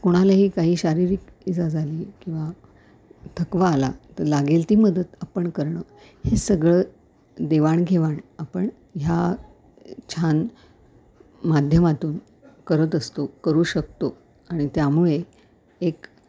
कोणालाही काही शारीरिक इजा झाली किंवा थकवा आला तर लागेल ती मदत आपण करणं हे सगळं देवाणघेवाण आपण ह्या छान माध्यमातून करत असतो करू शकतो आणि त्यामुळे एक